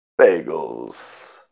bagels